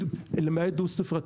יקבל למעט דו ספרתי.